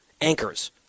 anchors